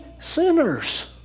sinners